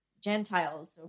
Gentiles